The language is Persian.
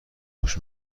موش